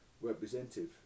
representative